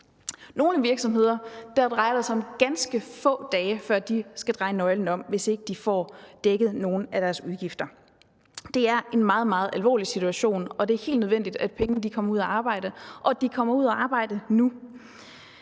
nogle virksomheder drejer det sig om ganske få dage, før de skal dreje nøglen om, hvis ikke de får dækket nogle af deres udgifter, og det er en meget, meget alvorlig situation, og det er helt nødvendigt, at pengene kommer ud at arbejde, og at de kommer ud at arbejde nu.